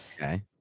Okay